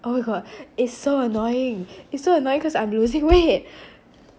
oh my god it's so annoying it's so annoying cause I'm losing weight